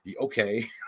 okay